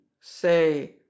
Say